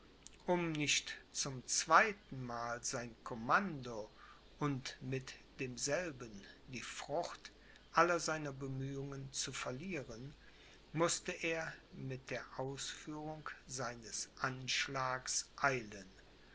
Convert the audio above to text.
um nicht zum zweitenmal sein commando und mit demselben die frucht aller seiner bemühungen zu verlieren mußte er mit der ausführung seines anschlags eilen